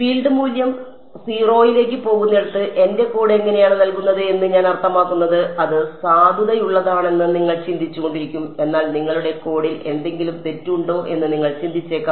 field മൂല്യം 0 ലേക്ക് പോകുന്നിടത്ത് എന്റെ കോഡ് എങ്ങനെയാണ് നൽകുന്നത് എന്ന് ഞാൻ അർത്ഥമാക്കുന്നത് അത് സാധുതയുള്ളതാണെന്ന് നിങ്ങൾ ചിന്തിച്ചുകൊണ്ടിരിക്കും എന്നാൽ നിങ്ങളുടെ കോഡിൽ എന്തെങ്കിലും തെറ്റ് ഉണ്ടോ എന്ന് നിങ്ങൾ ചിന്തിച്ചേക്കാം